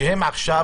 שהם עכשיו